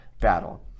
battle